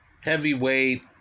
heavyweight